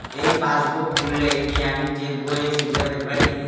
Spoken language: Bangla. এই পাসবুক খুললে কি আমি চেকবইয়ের সুবিধা পেতে পারি?